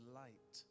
light